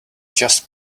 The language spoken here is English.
just